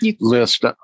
list